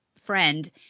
friend